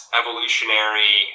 evolutionary